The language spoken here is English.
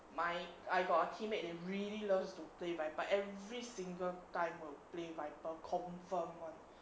my I got a teammate that really loves to play viper every single time will play viper confirm [one]